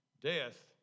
death